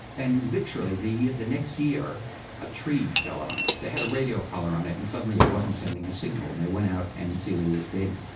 and literally the the next year a tree fell on her. they had a radio collar on it and suddenly it wasn't sending a signal, and they went out and celia was dead.